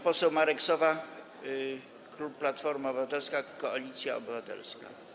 Poseł Marek Sowa, klub Platforma Obywatelska - Koalicja Obywatelska.